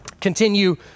Continue